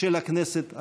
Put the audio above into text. אלה שחיים במצוקה